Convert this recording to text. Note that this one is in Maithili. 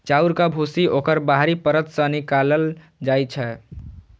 चाउरक भूसी ओकर बाहरी परत सं निकालल जाइ छै